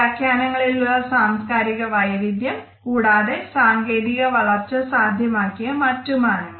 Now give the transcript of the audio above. വ്യാഖ്യാനങ്ങളിൽ ഉള്ള സാംസ്കാരിക വൈവിധ്യം കൂടാതെ സാങ്കേതിക വളർച്ച സാധ്യമാക്കിയ മറ്റ് മാനങ്ങൾ